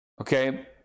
okay